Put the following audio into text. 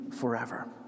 forever